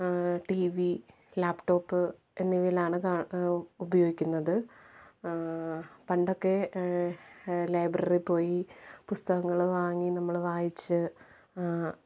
T V laptop എന്നിവയിലാണ് കാ ഉപയോഗിക്കുന്നത് പണ്ടൊക്കെ ലൈബ്രറിയിൽ പോയി പുസ്തകങ്ങള് വാങ്ങി നമ്മള് വായിച്ച്